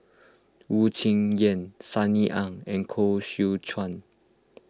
Wu Tsai Yen Sunny Ang and Koh Seow Chuan